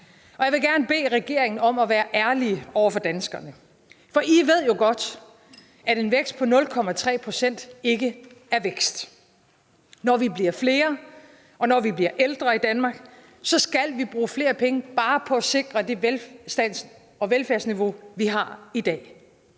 Og jeg vil gerne bede regeringen om at være ærlige over for danskerne, for I ved jo godt, at en vækst på 0,3 pct. ikke er vækst. Når vi bliver flere, og når vi bliver ældre i Danmark, skal vi bruge flere penge bare for at sikre det velstands- og velfærdsniveau, vi har i dag.